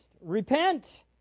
repent